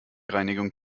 reinigung